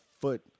foot